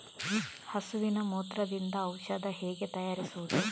ಹಸುವಿನ ಮೂತ್ರದಿಂದ ಔಷಧ ಹೇಗೆ ತಯಾರಿಸುವುದು?